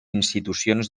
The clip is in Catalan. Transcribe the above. institucions